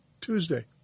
Tuesday